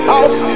House